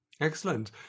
Excellent